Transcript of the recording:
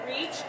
reach